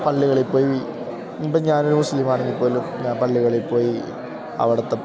പള്ളികളിൽപ്പോയി ഇപ്പം ഞാനൊരു മുസ്ലീമാണെങ്കിൽപ്പോലും ഞാൻ പള്ളികളിൽപ്പോയി അവിടുത്തെ